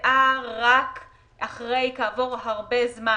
שנמצאה כעבור הרבה זמן.